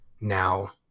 Now